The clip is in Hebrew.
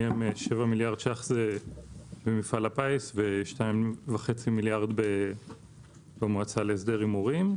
מהם 7 מיליארד שקלים במפעל הפיס ו-2.5 מיליארד במועצה להסדר הימורים.